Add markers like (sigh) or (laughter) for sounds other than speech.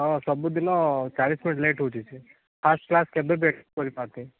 ହଁ ସବୁଦିନ ଚାଳିଶ ମିନିଟ୍ ଲେଟ୍ ହେଉଛି ସିଏ ଫାର୍ଷ୍ଟ କ୍ଲାସ୍ କେବେବି ଏ (unintelligible) କରିପାରୁନି